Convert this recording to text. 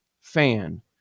fan